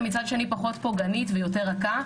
ומצד שני פחות פוגענית ויותר רכה.